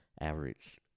average